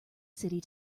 city